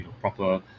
proper